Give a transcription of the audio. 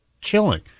chilling